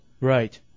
Right